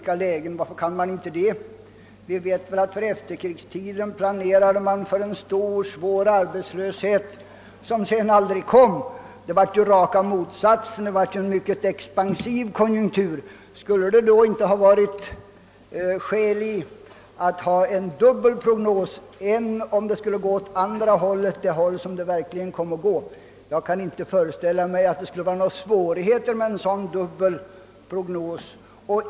Varför kan man inte göra det? För efterkrigstiden planerade vi för en stor och svår arbetslöshet som sedan aldrig kom. Det blev raka motsatsen, en expansiv konjunktur. Skulle det då inte ha varit riktigt att även göra upp en prognos för en utveckling åt andra hållet? Jag kan inte föreställa mig att det skulle vara svårt att ställa en sådan dubbel prognos.